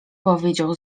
powiedział